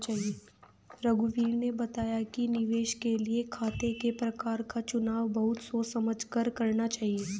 रघुवीर ने बताया कि निवेश के लिए खातों के प्रकार का चुनाव बहुत सोच समझ कर करना चाहिए